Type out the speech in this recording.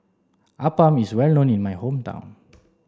Appam is well known in my hometown